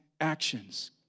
actions